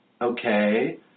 okay